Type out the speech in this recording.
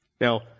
Now